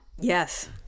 yes